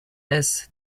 hesse